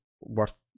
worth